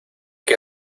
que